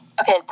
Okay